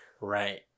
right